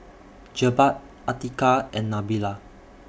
Jebat Atiqah and Nabila